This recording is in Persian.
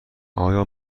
آیا